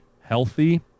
healthy